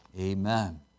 amen